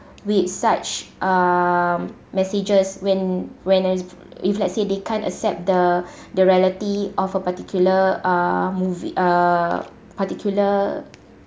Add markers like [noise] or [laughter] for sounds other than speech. with such um messages when when as if let's say they can't accept the [breath] the reality of a particular uh movie uh particular